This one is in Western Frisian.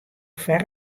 foar